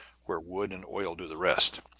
where wood and oil do the rest.